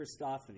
Christophany